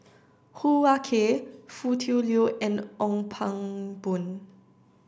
Hoo Ah Kay Foo Tui Liew and Ong Pang Boon